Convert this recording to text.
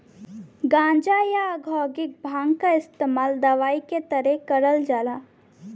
गांजा, या औद्योगिक भांग क इस्तेमाल दवाई के तरे करल जाला